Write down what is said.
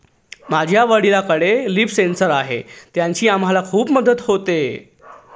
माझ्या वडिलांकडे leaf sensor आहे त्याची आम्हाला खूप मदत होते